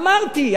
אמרתי.